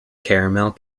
caramel